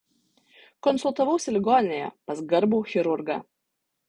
konsultavausi ligoninėje pas garbų chirurgą